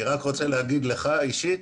אני רק רוצה להגיד לך אישית,